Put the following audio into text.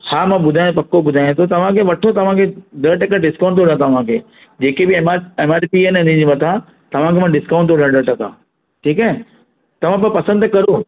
हा मां ॿुधाए पको ॿुधायां थो तव्हांखे वठो तव्हांखे ॾह टका डिस्काउंट थो ॾिया तव्हांखे जेके बि M R M R P आहे न हिन जे मथां तव्हांखे मां डिस्काउंट थो ॾियां ॾह टका ठीकु आहे तव्हां पोइ पसंदि करो